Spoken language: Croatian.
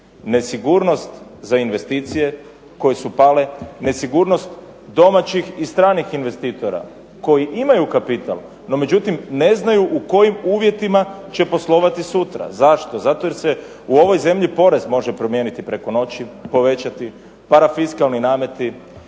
Nesigurnost za investicije koje su pale, nesigurnost domaćih i stranih investitora koji imaju kapital no međutim ne znaju u kojim uvjetima će poslovati sutra. Zašto? Zato jer se u ovoj zemlji porez može promijeniti preko noći, povećati, parafiskalni nameti,